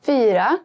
Fyra